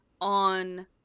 on